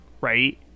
Right